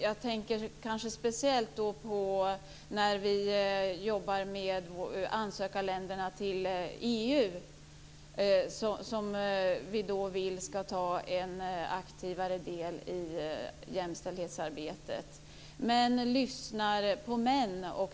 Jag tänker speciellt på när vi jobbar med de länder som ansöker om medlemskap i EU och som vi vill ska ta en aktivare del i jämställdhetsarbetet. Män lyssnar på män.